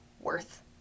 worth